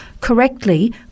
correctly